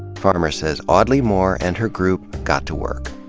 farmer says audley moore and her group got to work.